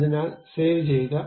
അതിനാൽ സേവ്ചെയ്യുക